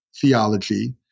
theology